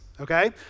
okay